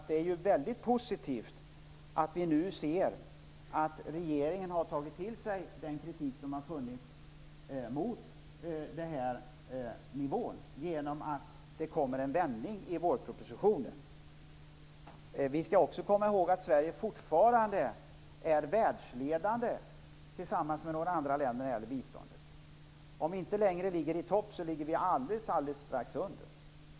Det är väldigt positivt att vi nu ser att regeringen har tagit till sig den kritik som har funnits mot biståndsnivån genom att det kom en vändning i vårpropositionen. Vi skall också komma ihåg att Sverige tillsammans med några andra länder fortfarande är världsledande när det gäller biståndet. Om vi inte längre ligger i topp, så ligger vi alldeles strax under.